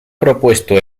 propuesto